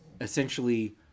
essentially